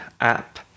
app